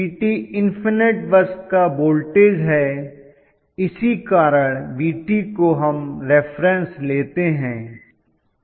Vt इन्फनट बस का वोल्टेज है इसी कारण Vt को हम रेफरन्स लेते हैं